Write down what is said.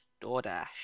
doordash